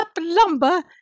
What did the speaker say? lumber